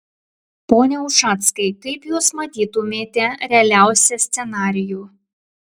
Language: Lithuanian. pone ušackai kaip jūs matytumėte realiausią scenarijų